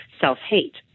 self-hate